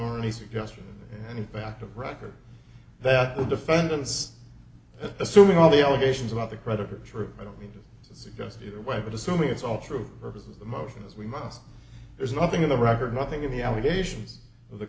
or any suggestion and in fact of record that the defendants assuming all the allegations about the creditor true i don't mean to suggest either way but assuming it's all true purpose of the motion as we must there's nothing in the record nothing of the allegations of the